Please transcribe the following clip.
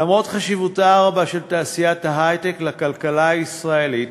למרות חשיבותה הרבה של תעשיית ההיי-טק לכלכלה הישראלית